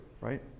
right